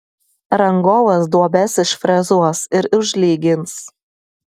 rangovas duobes išfrezuos ir užlygins